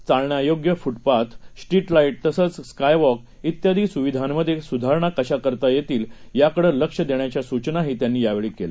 चालण्यायोग्य footpath street light तसंच skywalk ियादी सुविधांमधे सुधारणा कशा करतील याकडे लक्ष देण्याच्या सूचनाही त्यांनी यावेळी दिल्या